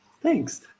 thanks